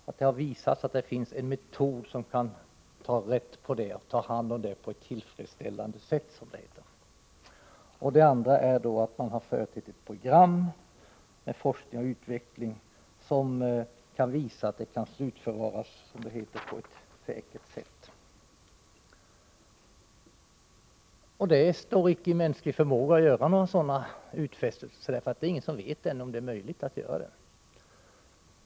Det andra kravet är att det finns ett program för forskning och utveckling som visar att det radioaktiva avfallet kan slutförvaras på ett säkert sätt. Det står icke i mänsklig förmåga att göra några sådana utfästelser — det är ingen som ännu vet om en säker slutförvaring är möjlig.